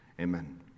amen